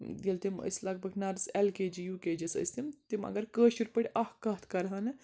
ییٚلہِ تِم ٲسۍ لگ بگ نَرٕس L K G U K G ٲسۍ تِم تِم اَگَر کٲشِر پٲٹھۍ اَکھ کَتھ کَرہَنہٕ